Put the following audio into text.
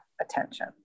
attention